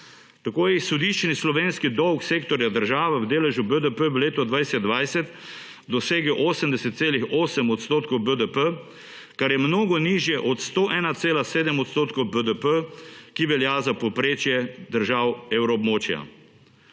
Tako je izhodiščni slovenski dolg sektorja država v deležu BDP v letu 2020 dosegel 80,8 % BDP, kar je mnogo nižje od 101,7 % BDP, kar velja za povprečje držav evroobmočja.